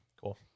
Cool